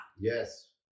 Yes